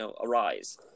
arise